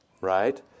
right